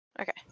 Okay